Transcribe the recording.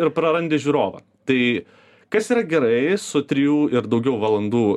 ir prarandi žiūrovą tai kas yra gerai su trijų ir daugiau valandų